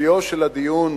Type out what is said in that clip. אופיו של הדיון